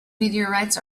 meteorites